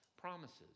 promises